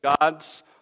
God's